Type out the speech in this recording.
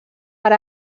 per